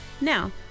Now